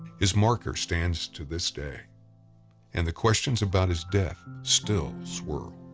his marker stands to this day and the questions about his death still swirl.